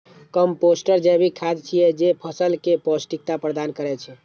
compost जैविक खाद छियै, जे फसल कें पौष्टिकता प्रदान करै छै